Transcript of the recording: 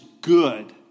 good